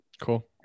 cool